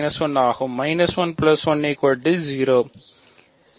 1 ஆகும்